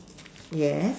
yes